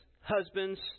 husbands